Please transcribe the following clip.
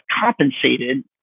compensated